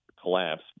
collapse